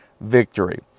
victory